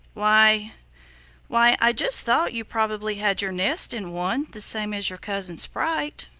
why why i just thought you probably had your nest in one, the same as your cousin sprite.